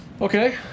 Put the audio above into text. Okay